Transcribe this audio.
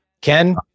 Ken